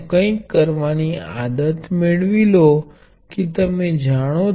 અહીંયા આ વસ્તુ મને રોકી રહી છે